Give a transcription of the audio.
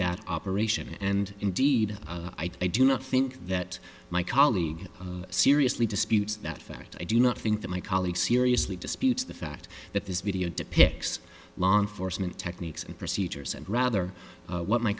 that operation and indeed i do not think that my colleague seriously disputes that fact i do not think that my colleague seriously disputes the fact that this video depicts law enforcement techniques and procedures and rather what my